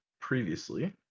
previously